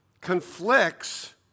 conflicts